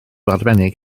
arbennig